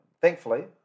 Thankfully